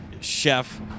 Chef